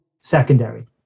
secondary